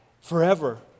forever